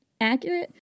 accurate